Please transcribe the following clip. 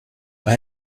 pas